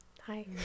hi